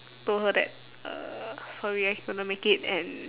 told her that uh sorry I couldn't make it and